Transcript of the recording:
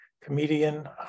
comedian